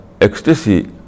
ecstasy